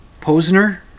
Posner